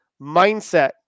mindset